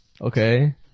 Okay